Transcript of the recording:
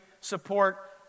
support